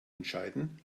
entscheiden